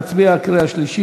להצביע בקריאה שלישית?